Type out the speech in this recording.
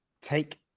Take